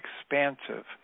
expansive